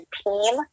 team